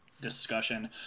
discussion